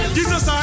Jesus